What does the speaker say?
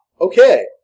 Okay